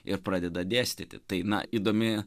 ir pradeda dėstyti tai na įdomi